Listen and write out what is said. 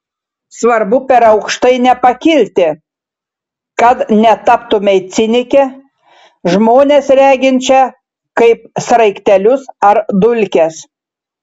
svarbu per aukštai nepakilti kad netaptumei cinike žmones reginčia kaip sraigtelius ar dulkes